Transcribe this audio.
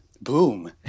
Boom